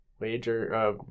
major